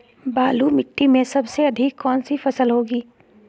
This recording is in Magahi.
बालू मिट्टी में सबसे अधिक कौन सी फसल होगी?